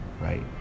right